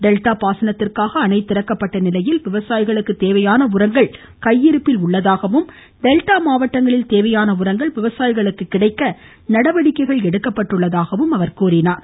delta பாசனத்திற்காக அணை திறக்கப்பட்ட நிலையில் விவசாயிகளுக்கு தேவையான உரங்கள் கையிருப்பில் உள்ளதாகவும் டெல்டா மாவட்டங்களில் உரங்கள் விவசாயிகளுக்கு கேவையான நடவடிக்கை எடுக்கப்பட்டுள்ளதாகவும் குறிப்பிட்டார்